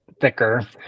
thicker